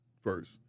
first